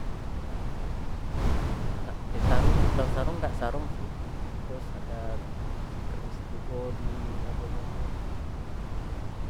Apo namanya sarung dibilang sarung nggak sarung sih terus ada keris juga di apanya tuh